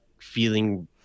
feeling